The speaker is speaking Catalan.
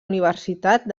universitat